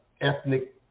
ethnic